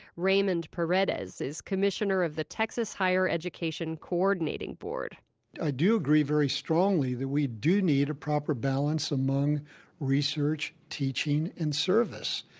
raymond paredes is commissioner of the texas higher education coordinating board i do agree very strongly that we do need a proper balance among research, teaching, and service.